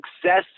Success